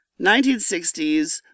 1960s